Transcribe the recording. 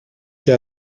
και